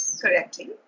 correctly